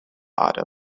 autumn